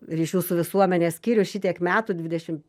ryšių su visuomene skyrius šitiek metų dvidešimt